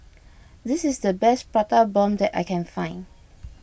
this is the best Prata Bomb that I can find